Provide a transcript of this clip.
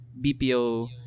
BPO